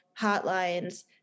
hotlines